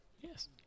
Yes